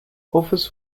others